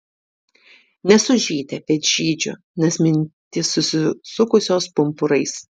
nesu žydė bet žydžiu nes mintys susisukusios pumpurais